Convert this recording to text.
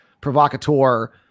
provocateur